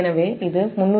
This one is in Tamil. எனவே அது 313